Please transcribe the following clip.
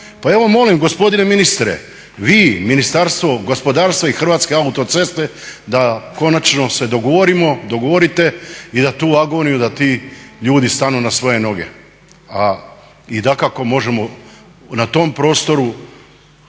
Pa evo molim gospodine ministre, vi, Ministarstvo gospodarstva i Hrvatske autoceste da konačno se dogovorimo, dogovorite i da tu agoniju, da ti ljudi stanu na svoje noge. A i dakako možemo na tom prostoru